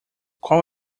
qual